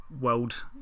world